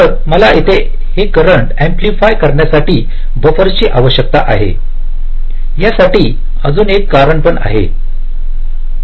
तर मला येथे हे करंट ऍम्प्लिफाय करण्यासाठी बफरस ची आवश्यकता आहे यासाठी अजून एक कारण पण आहे